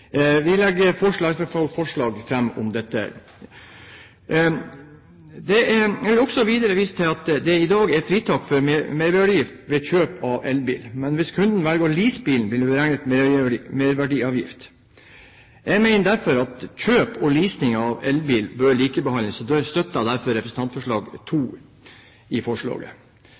Vi legger fram forslag om dette. Jeg vil videre vise til at det i dag er fritak for merverdiavgift ved kjøp av elbil, men hvis kunden velger å lease bilen, vil det bli beregnet merverdiavgift. Jeg mener derfor at kjøp og leasing av elbil bør likebehandles og støtter derfor del II i